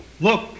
Look